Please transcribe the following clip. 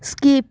skip